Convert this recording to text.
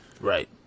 right